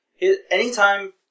Anytime